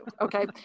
Okay